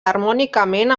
harmònicament